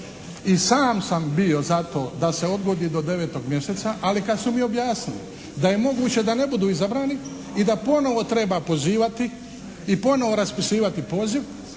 i sam sam bio za to da se odgodi do 9. mjeseca. Ali kad su mi objasnili da je moguće da ne budu izabrani i da ponovo treba pozivati i ponovo raspisivati poziv,